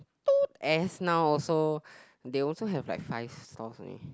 toot S now also they also have like five stalls only